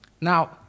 Now